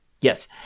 Yes